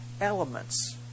elements